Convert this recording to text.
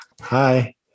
Hi